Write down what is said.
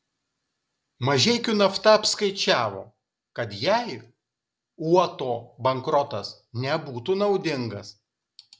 mažeikių nafta apskaičiavo kad jai uoto bankrotas nebūtų naudingas